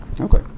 Okay